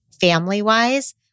family-wise